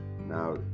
Now